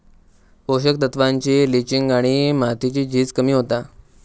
पोषक तत्त्वांची लिंचिंग आणि मातीची झीज कमी होता